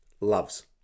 loves